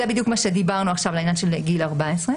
אני רואה פה את הנקודות לדיון.